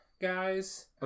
guys